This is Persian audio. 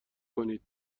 کنید